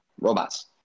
robots